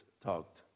talked